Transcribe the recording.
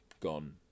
Gone